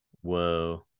Whoa